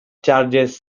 charges